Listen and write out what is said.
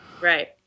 Right